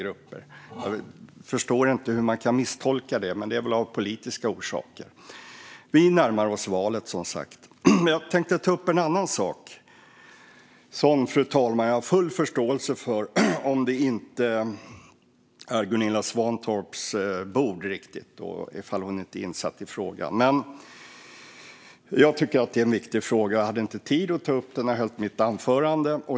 Jag förstår inte hur man kan misstolka det, men det är av väl av politiska orsaker. Vi närmar oss valet, som sagt. Jag tänkte ta upp en annan sak. Jag har full förståelse, fru talman, för om det inte riktigt är Gunilla Svantorps bord och om hon inte är insatt i frågan. Jag tycker att det är en viktig fråga, men jag hade inte tid att ta upp den i mitt anförande.